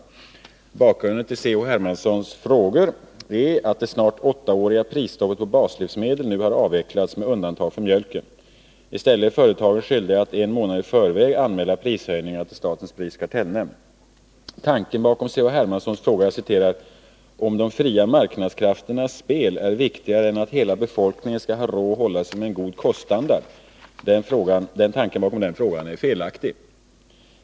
Bakgrunden till C.-H. Hermanssons frågor är att det snart åttaåriga prisstoppet på baslivsmedel nu har avvecklats, med undantag för mjölken. I stället är företagen skyldiga att en månad i förväg anmäla prishöjningar till statens prisoch kartellnämnd. Tanken bakom Carl-Henrik Hermanssons fråga ”om de fria marknadskrafternas spel är viktigare än att hela befolkningen skall ha råd att hålla sig med en god koststandard” är felaktig.